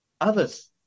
others